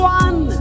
one